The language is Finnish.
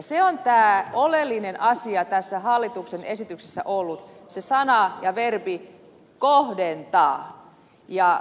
se on tämä oleellinen asia tässä hallituksen esityksessä ollut se sana ja verbi kohdentaa